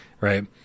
right